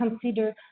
consider